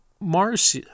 Mars